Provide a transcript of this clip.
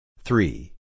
Three